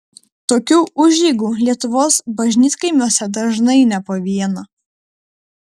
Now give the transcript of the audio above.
tokių užeigų lietuvos bažnytkaimiuose dažnai ne po vieną